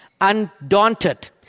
Undaunted